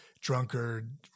drunkard